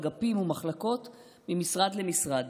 אגפים ומחלקות ממשרד למשרד,